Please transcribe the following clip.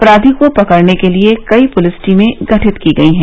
अपराधी को पकड़ने के लिये कई पुलिस टीमें गठित की गई हैं